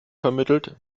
vermittelt